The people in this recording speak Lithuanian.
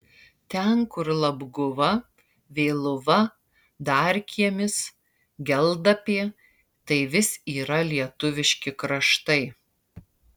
ten kur labguva vėluva darkiemis geldapė tai vis yra lietuviški kraštai